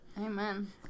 amen